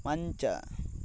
ಮಂಚ